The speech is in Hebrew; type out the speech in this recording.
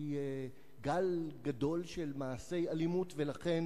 שצפוי גל גדול של מעשי אלימות ולכן